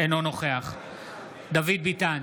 אינו נוכח דוד ביטן,